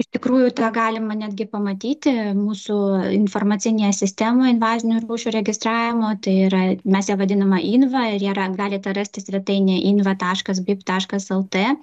iš tikrųjų tą galima netgi pamatyti mūsų informacinėje sistemoj invazinių rūšių registravimo tai yra mes ją vadiname inva ir ją ra galite rasti svetainėj inva taškas bip taškas el tė